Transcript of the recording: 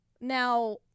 Now